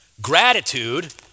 Gratitude